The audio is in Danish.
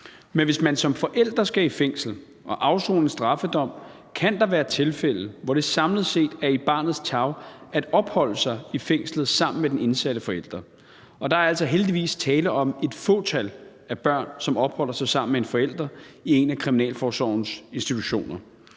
Men hvis man som forælder skal i fængsel og afsone en straffedom, kan der være tilfælde, hvor det samlet set er i barnets tarv at opholde sig i fængslet sammen med den indsatte forælder, og der er altså heldigvis tale om et fåtal af børn, som opholder sig sammen med en forælder i en af kriminalforsorgens institutioner.